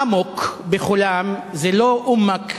אמוק בחולם זה לא אומק בשורוק.